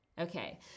Okay